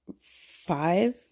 five